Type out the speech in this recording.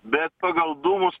bet pagal dūmus